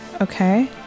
okay